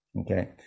Okay